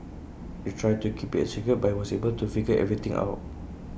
they tried to keep IT A secret but he was able to figure everything out